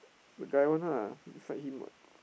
the guy one ah beside him [what]